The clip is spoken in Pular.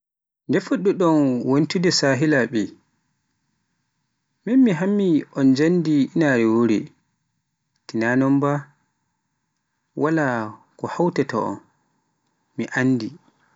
Nde puɗɗi-ɗon wontude sehilaaɓe? Mi hammi on janngi inaare wore, tina non ba wala ko hawtata on, mi anndi.